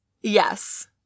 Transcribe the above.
Yes